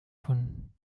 von